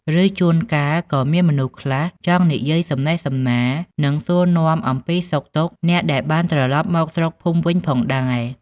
ឬ ជួនកាលក៏មានមនុស្សខ្លះចង់និយាយសំណេះសំណាល និងសួរនាំអំពីសុខទុក្ខអ្នកដែលបានត្រឡប់មកស្រុកភូមិវិញផងដែរ។